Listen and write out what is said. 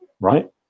right